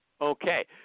Okay